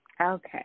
Okay